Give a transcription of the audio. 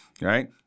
Right